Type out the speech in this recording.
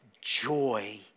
joy